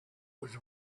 was